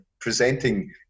presenting